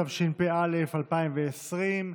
התשפ"א 2021,